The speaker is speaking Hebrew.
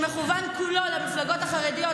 שמכוון כולו למפלגות החרדיות,